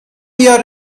year